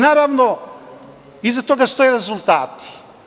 Naravno, iza toga stoje rezultati.